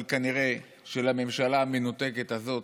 אבל כנראה שהממשלה המנותקת הזאת,